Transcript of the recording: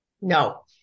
No